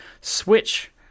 Switch